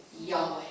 Yahweh